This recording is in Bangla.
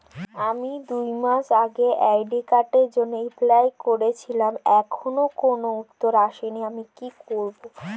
আমি দুমাস আগে ক্রেডিট কার্ডের জন্যে এপ্লাই করেছিলাম এখনো কোনো উত্তর আসেনি আমি কি করব?